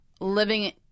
living